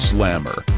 Slammer